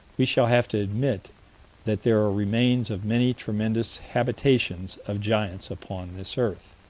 we shall have to admit that there are remains of many tremendous habitations of giants upon this earth,